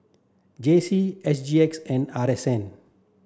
J C S G X and R S N